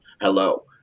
hello